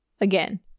again